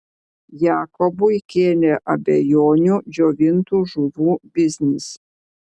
jakobui kėlė abejonių džiovintų žuvų biznis